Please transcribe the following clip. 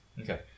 Okay